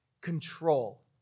Control